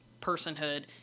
personhood